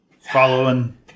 Following